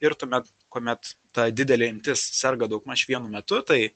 ir tuomet kuomet ta didelė imtis serga daugmaž vienu metu tai